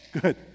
good